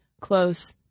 close